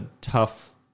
tough